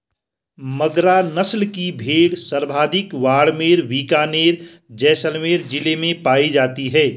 मगरा नस्ल की भेड़ सर्वाधिक बाड़मेर, बीकानेर, जैसलमेर जिलों में पाई जाती है